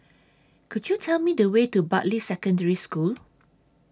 Could YOU Tell Me The Way to Bartley Secondary School